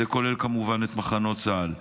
זה כולל כמובן את מחנות צה"ל.